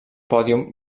pòdium